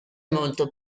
molto